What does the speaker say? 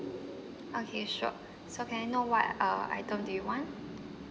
okay sure so can I know what uh item do you want